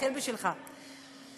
התחיל בשבילך.